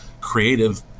creative